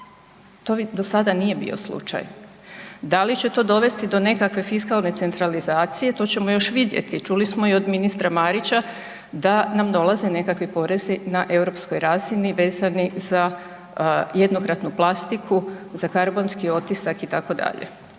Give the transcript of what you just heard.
to do sada nije bio slučaj, da li će to dovesti do nekakve fiskalne centralizacije, to ćemo još vidjeti. Čuli smo i od ministra Marića da nam dolaze nekakvi porezi na europskoj razini vezani za jednokratnu plastiku, za karbonski otisak itd.